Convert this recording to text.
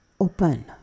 open